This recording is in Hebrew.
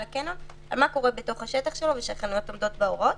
הקניון מה קורה בתוך השטח שלו ושהחנויות עומדות בהוראות.